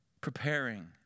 preparing